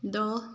দহ